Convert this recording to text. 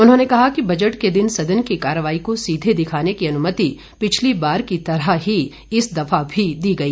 उन्होंने कहा कि बजट के दिन सदन की कार्रवाई को सीधे दिखाने की अनुमति पिछली बार की तरह ही इस दफा भी दी गई